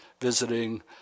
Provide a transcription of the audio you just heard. visiting